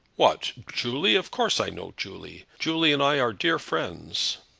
what, julie? of course i know julie. julie and i are dear friends.